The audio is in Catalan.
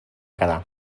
quedar